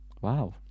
Wow